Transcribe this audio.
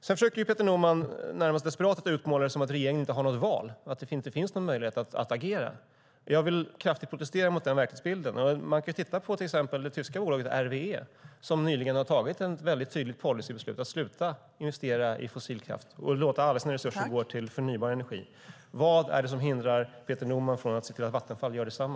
Peter Norman försöker närmast desperat att utmåla det som att regeringen inte har något val och att det inte finns någon möjlighet att agera. Jag vill kraftigt protestera mot den verklighetsbilden. Man kan titta till exempel på det tyska bolaget RWE, som nyligen har tagit ett väldigt tydligt policybeslut att sluta investera i fossilkraft och låta alla sina resurser gå till förnybar energi. Vad är det som hindrar Peter Norman från att se till att Vattenfall gör detsamma?